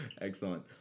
excellent